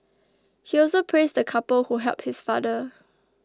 he also praised the couple who helped his father